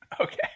Okay